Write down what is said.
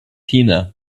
tina